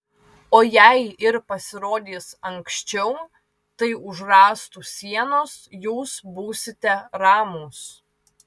o jei ir pasirodys anksčiau tai už rąstų sienos jūs būsite ramūs